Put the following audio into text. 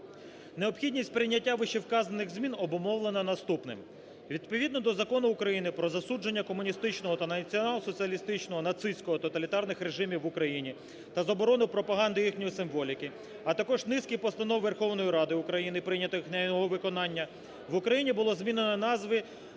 Необхідність прийняття вище вказаних змін обумовлена наступним. Відповідно до Закону України "Про засудження комуністичного та націонал-соціалістичного (нацистського) тоталітарних режимів в Україні та заборону пропаганди їхньої символіки", а також низки постанов Верховної Ради України прийнятих на його виконання в Україні було змінено назви